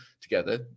together